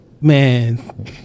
man